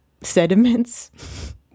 Sediments